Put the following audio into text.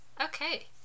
Okay